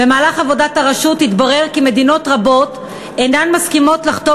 במהלך עבודת הרשות התברר כי מדינות רבות אינן מסכימות לחתום